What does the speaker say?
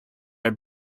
are